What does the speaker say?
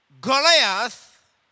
Goliath